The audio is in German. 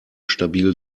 stabil